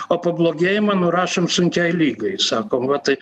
o pablogėjimą nurašom sunkiai ligai sakom va tai